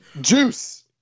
Juice